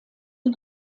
die